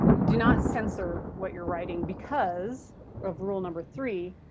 do not censor what you're writing because of rule number three.